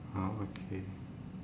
ah okay